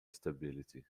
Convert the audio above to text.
stability